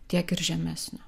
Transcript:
tiek ir žemesnio